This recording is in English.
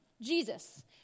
Jesus